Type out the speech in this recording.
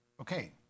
Okay